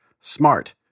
smart